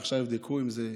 ועכשיו יבדקו אם זה ממאיר,